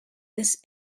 this